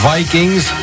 Vikings